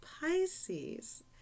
Pisces